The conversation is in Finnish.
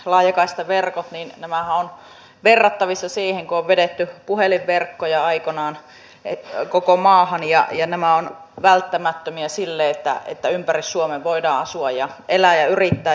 nämä laajakaistaverkothan ovat verrattavissa siihen kun on vedetty puhelinverkkoja aikoinaan koko maahan ja nämä ovat välttämättömiä siinä että ympäri suomen voidaan asua ja elää ja yrittää jatkossakin